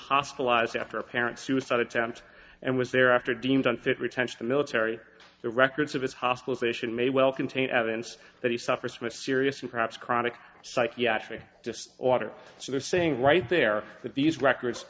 hospitalized after apparent suicide attempt and was there after deemed unfit retention military the records of his hospitalization may well contain evidence that he suffers from a serious and perhaps chronic psychiatric just order so they're saying right there that these records